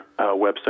website